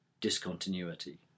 Discontinuity